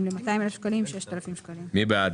מי בעד